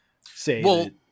say